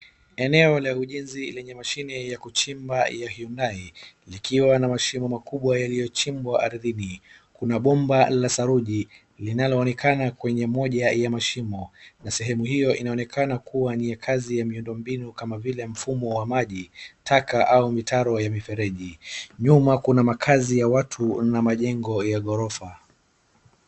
Eneo la ujenzi lenye mashini ya kuchimba ya hyunai ikiwa ni mashimo makubwa yaliyochimbwa ardhini. Kuna bomba la saruji, linaloonekana kwenye moja ya mashimo, na moja hiyo inaonekana kuwa ya kazi ya miundo mbinu kama vile mfumo wa maji, taka au mitaro ya mifereji. Nyuma kuna makaazi ya watu na majengo ya ghorofa.